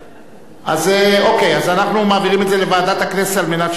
בעד, אין מתנגדים, אין נמנעים.